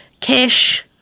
Cash